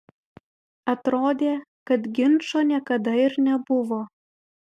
atrodė kad ginčo niekada ir nebuvo